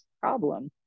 problem